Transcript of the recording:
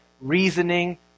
reasoning